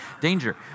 Danger